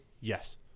Yes